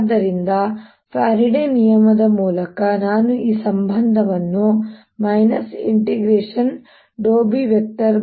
ಆದ್ದರಿಂದ ಫ್ಯಾರಡೆಯFaraday's ನಿಯಮದ ಮೂಲಕ ನಾನು ಈ ಸಂಬಂಧವನ್ನು B∂t